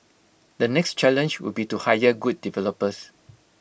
the next challenge would be to hire good developers